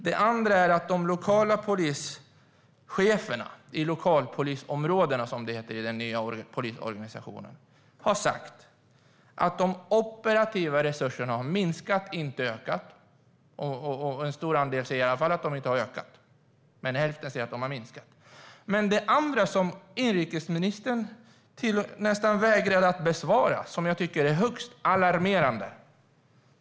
Det andra är att en stor andel av de lokala polischeferna i lokalpolisområdena, som det heter i den nya polisorganisationen, säger att de operativa resurserna inte har ökat medan hälften säger att de har minskat. Den synliga, lokala polisen är absolut central om och när det skulle inträffa ett terrorattentat i Sverige.